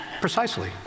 Precisely